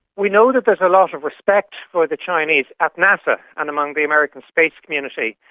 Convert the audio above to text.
we know that there's a lot of respect for the chinese at nasa and among the american space community.